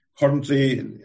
Currently